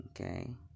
Okay